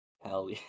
Hell